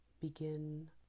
Begin